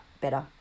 better